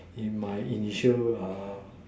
in my initial err